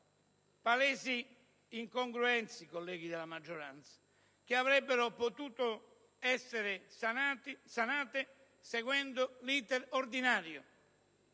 Palesi incongruenze, colleghi della maggioranza, che avrebbero potuto essere sanate seguendo l'*iter* ordinario,